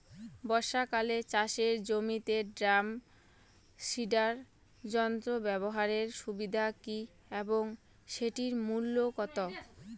বর্ষাকালে চাষের জমিতে ড্রাম সিডার যন্ত্র ব্যবহারের সুবিধা কী এবং সেটির মূল্য কত?